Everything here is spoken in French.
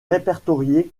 répertorié